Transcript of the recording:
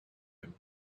him